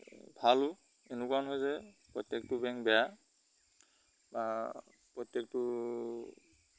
ভালো এনেকুৱাণ হয় যে প্ৰত্যেকটো বেংক বেয়া বা প্ৰত্যেকটো